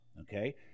okay